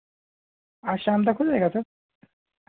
आज शाम तक हो जाएगा सर